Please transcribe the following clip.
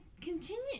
continue